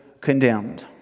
condemned